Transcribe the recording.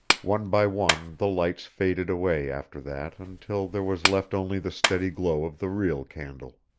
one by one the lights faded away after that until there was left only the steady glow of the real candle.